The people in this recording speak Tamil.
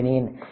எனவே 2